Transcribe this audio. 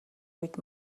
үед